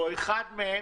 או אחד מהם,